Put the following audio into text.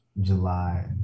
July